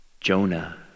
Jonah